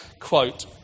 quote